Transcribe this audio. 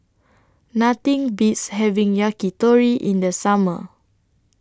Nothing Beats having Yakitori in The Summer